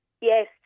Yes